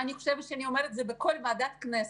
ואני חושבת שאני אומרת את זה בכל ועדה של הכנסת.